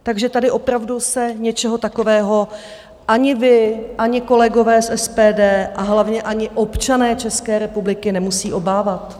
Takže tady opravdu se něčeho takového ani vy, ani kolegové z SPD a hlavně ani občané České republiky nemusíme obávat.